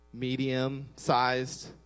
medium-sized